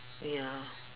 ya